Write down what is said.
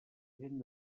gent